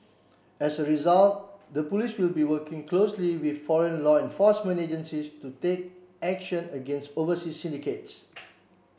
as a result the police will be working closely with foreign law enforcement agencies to take action against overseas syndicates